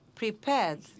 prepared